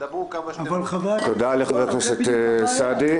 תודה לחבר הכנסת סעדי.